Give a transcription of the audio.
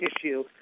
issue